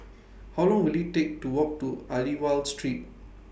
How Long Will IT Take to Walk to Aliwal Street